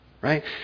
right